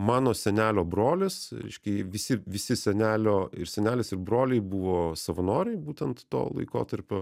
mano senelio brolis reiškia visi visi senelio ir senelės ir broliai buvo savanoriai būtent to laikotarpio